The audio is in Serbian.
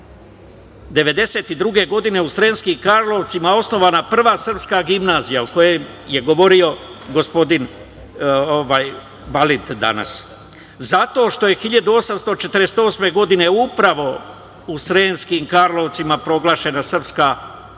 1792. godine u Sremskim Karlovcima osnovana Prva srpska gimnazija o kojoj je govorio gospodin Balint danas. Zato što je 1848. godine, upravo u Sremskim Karlovcima proglašena Srpska Vojvodina.